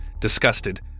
disgusted